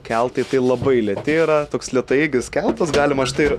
keltai tai labai lėti yra toks lėtaeigis keltas galima štai ir